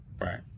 right